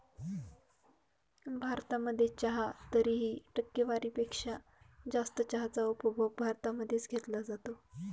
भारतामध्ये चहा तरीही, टक्केवारी पेक्षा जास्त चहाचा उपभोग भारतामध्ये च घेतला जातो